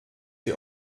sie